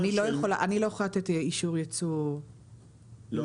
אני לא יכולה לתת אישור ייצוא --- לא,